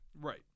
Right